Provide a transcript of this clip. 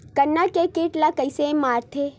गन्ना के कीट ला कइसे मारथे?